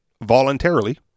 voluntarily